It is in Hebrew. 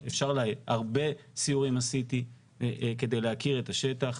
הרבה סיורים עשיתי כדי להכיר את השטח.